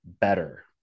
better